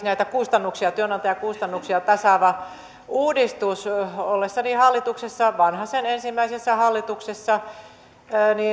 näitä työnantajakustannuksia tasaava uudistus ollessani hallituksessa vanhasen ensimmäisessä hallituksessa